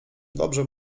dobrze